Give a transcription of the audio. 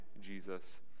Jesus